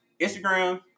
Instagram